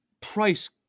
price